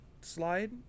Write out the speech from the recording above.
slide